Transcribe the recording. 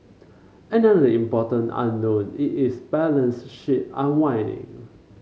another important unknown is its balance sheet unwinding